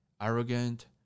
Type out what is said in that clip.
arrogant